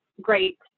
great